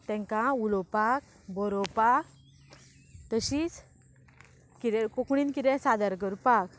तांकां उलोवपाक बरोवपाक तशीच किदें कोंकणीन किदें सादर करपाक